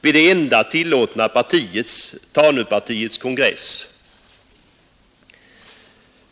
vid det enda tillåtna partiets, Tanupartiet, kongress.